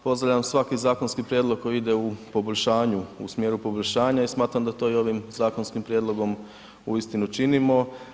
Pozdravljam svaki zakonski prijedlog koji ide u poboljšanju, u smjeru poboljšanja i smatram da to i ovim zakonskim prijedlogom uistinu činimo.